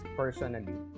personally